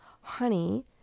Honey